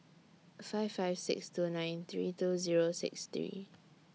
five five six two nine three two Zero six three